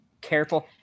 careful